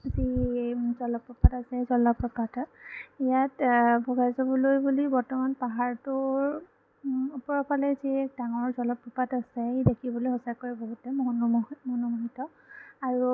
যি এই জলপ্ৰপাত আছে জলপ্ৰপাতত ইয়াত বগাই যাবলৈ বুলি বৰ্তমান পাহাৰটোৰ ওপৰৰ ফালে যিয়ে ডাঙৰ জলপপ্ৰাত আছে ই দেখিবলৈ সঁচাকৈ বহুত মনোমোহি মনোমোহিত আৰু